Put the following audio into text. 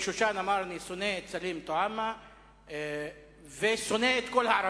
בן-שושן אמר: אני שונא את סלים טועמה ושונא את כל הערבים.